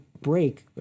break